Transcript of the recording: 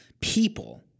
people